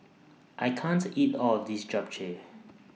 I can't eat All of This Japchae